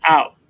Out